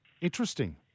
Interesting